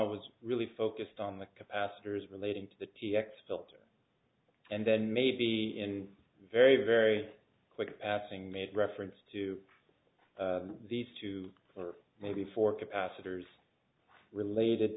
personnel was really focused on the capacitors relating to the t x filter and then maybe in a very very quick passing made reference to these two or maybe four capacitors related